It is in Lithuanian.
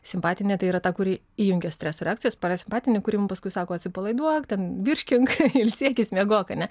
simpatinė tai yra ta kuri įjungia streso reakcijas parasimpatinė kuri mum paskui sako atsipalaiduok ten virškink ilsėkis miegok ar ne